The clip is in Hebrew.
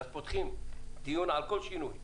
ואז פותחים דיון על כל שינוי.